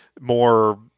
more